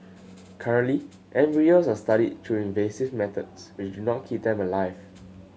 currently embryos are studied through invasive methods which not keep them alive